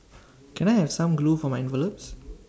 can I have some glue for my envelopes